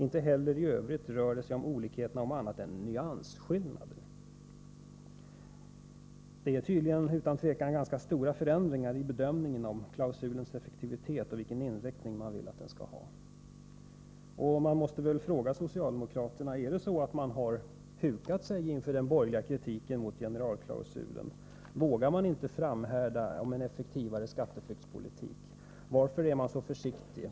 Inte heller i övrigt rör sig olikheterna om annat än nyansskillnader.” Det är utan tvivel ganska stora förändringar i bedömningen av klausulens effektivitet och om vilken inriktning man vill att den skall ha. Man måste fråga socialdemokraterna: Är det så att ni hukat er inför den borgerliga kritiken av generalklausulen? Vågar ni inte framhärda om en effektivare skatteflyktspolitik? Varför är ni så försiktiga?